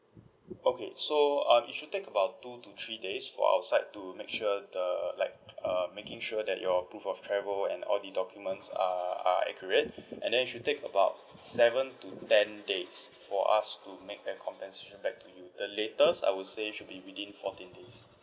okay so um it should take about two to three days for our side to make sure the like uh making sure that your proof of travel and all the documents are are accurate and then should take about seven to ten days for us to make a compensation back to you the latest I would say should be within fourteen days